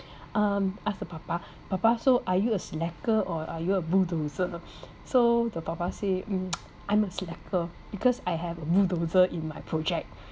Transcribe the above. um ask the 爸爸爸爸 so are you a slacker or are you a bulldozer so the 爸爸 say mm I'm a slacker because I have a bulldozer in my project